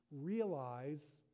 Realize